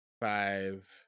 five